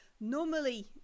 Normally